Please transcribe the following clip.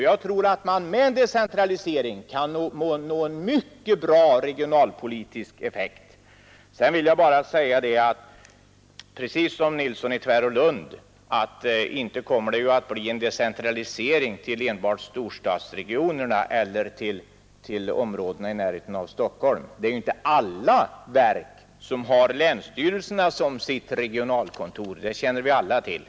Jag tror att man med en decentralisering kan nå mycket bra regionalpolitisk effekt. Sedan vill jag bara säga, precis som herr Nilsson i Tvärålund, att inte kommer det att bli en decentralisering till enbart storstadsregionerna eller till områdena i närheten av Stockholm. Det är inte alla verk som har länsstyrelserna som regionalkontor — det känner vi samtliga till.